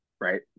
Right